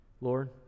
Lord